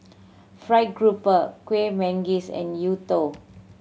fried grouper Kuih Manggis and youtiao